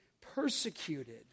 persecuted